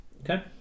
Okay